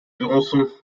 jurançon